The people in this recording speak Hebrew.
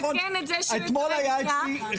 אתמול היה אצלי.